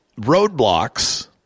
roadblocks